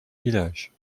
village